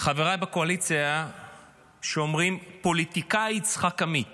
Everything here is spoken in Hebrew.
חבריי בקואליציה אומרים: הפוליטיקאי יצחק עמית